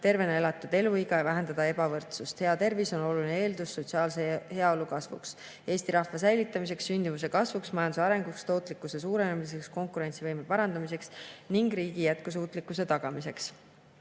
tervena elatud eluiga ja vähendada ebavõrdsust. Hea tervis on oluline eeldus sotsiaalse heaolu kasvuks, Eesti rahva säilitamiseks, sündimuse kasvuks, majanduse arenguks, tootlikkuse suurenemiseks, konkurentsivõime parandamiseks ning riigi jätkusuutlikkuse tagamiseks.